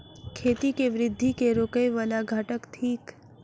खेती केँ वृद्धि केँ रोकय वला घटक थिक?